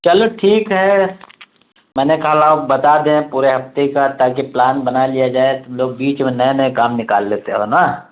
چلو ٹھیک ہے میں نے کل آپ بتا دیں پورے ہفتے کا تاکہ پلان بنا لیا جائے تو لوگ بیچ میں نئے نئے کام نکال لیتے ہو نا